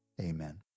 amen